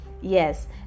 Yes